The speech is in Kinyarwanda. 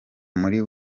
muri